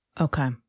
Okay